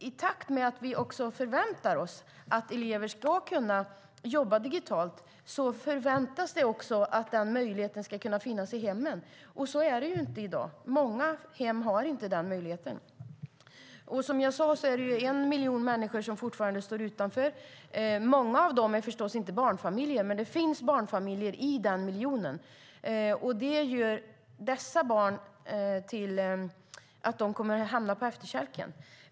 I takt med att vi förväntar oss att elever ska kunna jobba digitalt förväntas det också att den möjligheten ska finnas i hemmen. Så är det inte i dag. I många hem finns inte den möjligheten. Som jag sade är det en miljon människor som fortfarande står utanför. Många av dem är förstås inte barnfamiljer, men den miljonen utgörs även av barnfamiljer. Barnen i dessa familjer kommer att hamna på efterkälken.